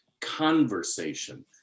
conversation